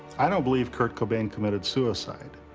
i don't believe kurt cobain committed suicide.